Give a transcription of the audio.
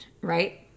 right